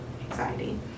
anxiety